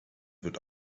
wird